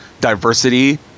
diversity